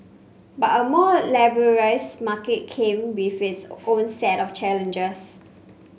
but a more liberalised market came with its own set of challenges